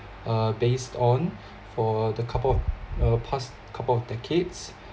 uh based on for the couple of uh the past couple of decades